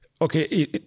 okay